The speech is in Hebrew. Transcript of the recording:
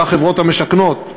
והחברות המשכנות,